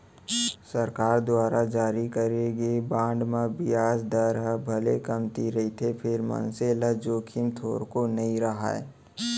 सरकार दुवार जारी करे गे बांड म बियाज दर ह भले कमती रहिथे फेर मनसे ल जोखिम थोरको नइ राहय